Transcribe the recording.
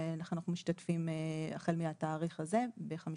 ולכן אנחנו משתתפים החל מהתאריך הזה ב-50%.